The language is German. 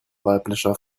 weiblicher